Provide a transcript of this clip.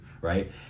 right